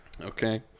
Okay